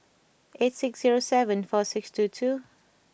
eight six zero seven four six two two